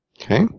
Okay